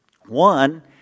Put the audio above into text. one